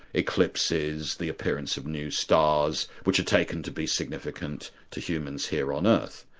eclipses, the appearance of new stars, which are taken to be significant to humans here on earth.